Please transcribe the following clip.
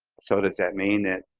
so does that mean that